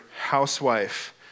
housewife